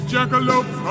Jackalope